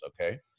okay